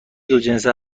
دوجنسه